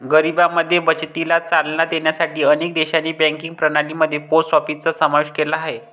गरिबांमध्ये बचतीला चालना देण्यासाठी अनेक देशांनी बँकिंग प्रणाली मध्ये पोस्ट ऑफिसचा समावेश केला आहे